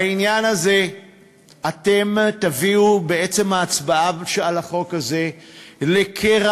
בעניין הזה אתם תביאו בעצם ההצבעה על החוק הזה לקרע